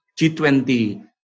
G20